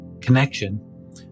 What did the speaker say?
connection